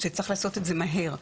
שצריך לעשות את זה מהר.